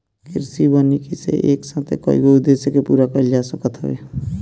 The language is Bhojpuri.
कृषि वानिकी से एक साथे कईगो उद्देश्य के पूरा कईल जा सकत हवे